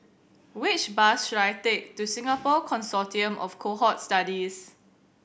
which bus should I take to Singapore Consortium of Cohort Studies